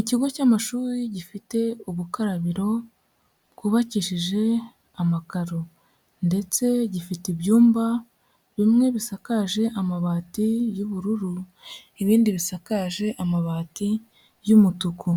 Ikigo cy'amashuri gifite ubukarabiro bwubakishije amakaro ndetse gifite ibyumba bimwe bisakaje amabati y'ubururu ibindi bisakaje amabati y'umutuku,